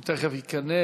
הוא תכף ייכנס,